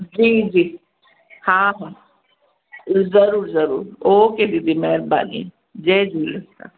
जी जी हा हा ज़रूरु ज़रूरु ओके दीदी महिरबानी जय झूलेलाल